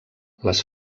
les